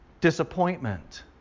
disappointment